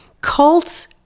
cults